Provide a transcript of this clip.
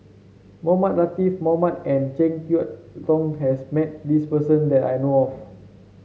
Mohamed Latiff Mohamed and JeK Yeun Thong has met this person that I know of